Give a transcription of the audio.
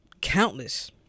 countless